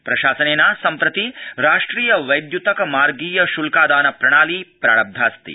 प्रशासनेन सम्प्रति राष्ट्रिय वैद्य्तक मार्गीयश्ल्कादान प्रणाली प्रारब्धास्ति